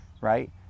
right